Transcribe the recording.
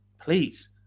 Please